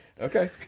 Okay